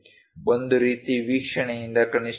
ಒಂದು ರೀತಿ ವೀಕ್ಷಣೆಯಿಂದ ಕನಿಷ್ಠ 10 ಮಿ